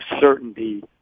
certainty